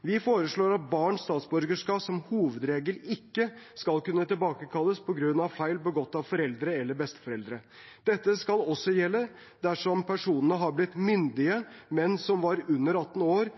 Vi foreslår at barns statsborgerskap som hovedregel ikke skal kunne tilbakekalles på grunn av feil begått av foreldre eller besteforeldre. Dette skal også gjelder personer som har blitt myndige, men som var under 18 år